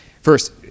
First